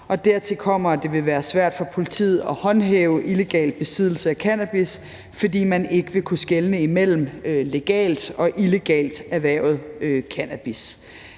dertil kommer, at det vil være svært for politiet at håndhæve illegal besiddelse af cannabis, fordi man ikke vil kunne skelne imellem legalt og illegalt erhvervet cannabis.